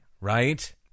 right